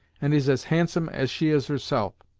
and is as handsome as she is herself.